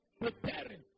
preparing